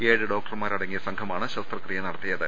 ഏഴു ഡോക്ടർമാർ അടങ്ങിയ സംഘമാണ് ശസ്ത്രക്രിയ നടത്തിയത്